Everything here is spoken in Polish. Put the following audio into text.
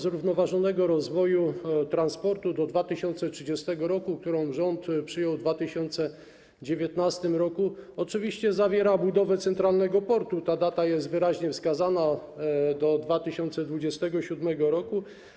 zrównoważonego rozwoju transportu do 2030 r.”, którą rząd przyjął w 2019 r., oczywiście zawiera budowę centralnego portu - ta data jest wyraźnie wskazana - do 2027 r.